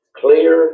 clear